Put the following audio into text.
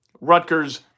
Rutgers